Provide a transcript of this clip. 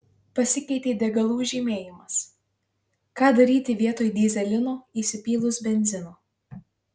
pasikeitė degalų žymėjimas ką daryti vietoj dyzelino įsipylus benzino